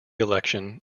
election